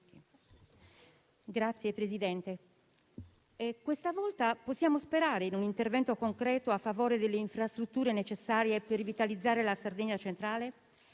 Signor Presidente, questa volta possiamo sperare in un intervento concreto a favore delle infrastrutture necessarie per rivitalizzare la Sardegna centrale?